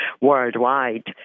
worldwide